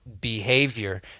behavior